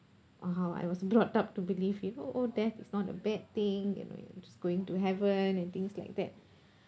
or how I was brought up to believe you know oh death is not a bad thing you know you're just going to heaven and things like that